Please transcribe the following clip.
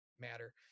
matter